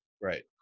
Right